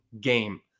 game